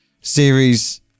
series